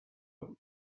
بود